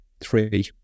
three